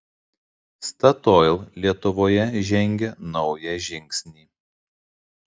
statoil lietuvoje žengia naują žingsnį